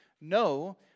No